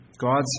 God's